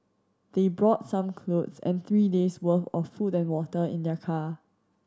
they brought some clothes and three days' worth of food and water in their car